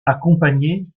accompagnés